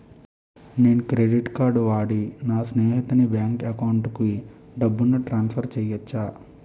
నేను credit card వాడి నా స్నేహితుని బ్యాంక్ అకౌంట్ కి డబ్బును ట్రాన్సఫర్ చేయచ్చా?